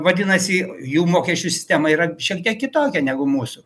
vadinasi jų mokesčių sistema yra šiek tiek kitokia negu mūsų